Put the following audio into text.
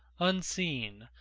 unseen,